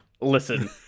listen